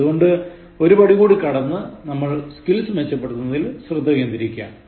അതുകൊണ്ട് ഒരുപടി കൂടി കടന്ന് നമ്മൾ സ്കിൽസ് മെച്ചപ്പെടുത്തുന്നതിൽ ശ്രദ്ധ കെന്ദ്രീകരിക്കുകയാണ്